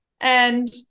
And-